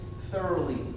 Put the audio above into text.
thoroughly